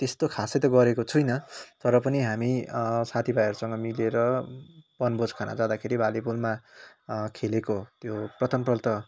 त्यस्तो खासै त गरेको छुइनँ तर पनि हामी साथीभाइसित मिलेर वनभोज खान जाँदाखेरि भालेपुलमा खेलेको त्यो प्रथमपल्ट